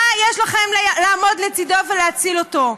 מה יש לכם לעמוד לצידו ולהציל אותו?